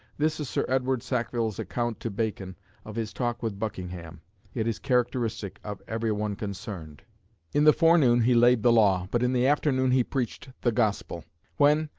this is sir edward sackville's account to bacon of his talk with buckingham it is characteristic of every one concerned in the forenoon he laid the law, but in the afternoon he preached the gospel when,